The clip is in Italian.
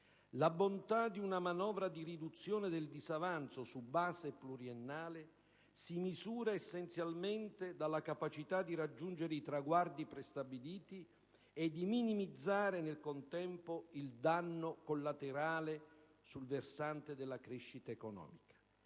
la bontà di una manovra di riduzione del disavanzo su base pluriennale si misura essenzialmente dalla capacità di raggiungere i traguardi prestabiliti e di minimizzare nel contempo il danno collaterale sul versante della crescita economica.